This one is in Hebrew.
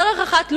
דרך אחת לומר: